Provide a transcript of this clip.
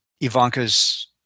Ivanka's